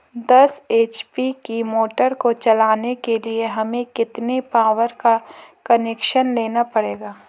दस एच.पी की मोटर को चलाने के लिए हमें कितने पावर का कनेक्शन लेना पड़ेगा?